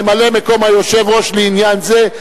ממלא-מקום היושב-ראש לעניין זה,